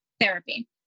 therapy